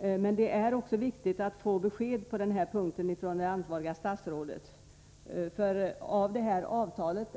Men det är också viktigt att få besked från det ansvariga statsrådet på denna punkt.